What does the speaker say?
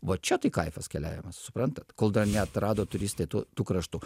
va čia tai kaifas keliavimas suprantat kol dar neatrado turistai tų tų kraštų